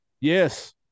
Yes